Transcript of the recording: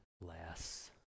less